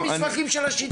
תביאו מסמכים של השיתוף.